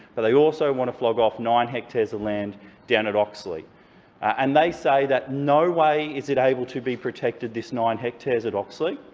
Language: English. but they also want to flog off nine hectares of land down at oxley and they say that no way is it able to be protected, this nine and hectares at oxley,